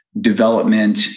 development